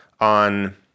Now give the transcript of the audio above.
on